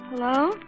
Hello